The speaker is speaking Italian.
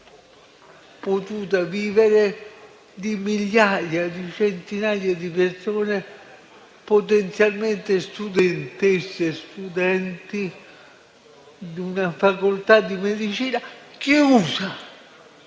potuto vivere migliaia di persone, potenzialmente studentesse e studenti di una facoltà di medicina chiusa,